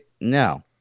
no